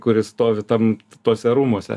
kuris stovi tam tuose rūmuose